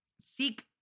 Seek